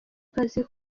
kazi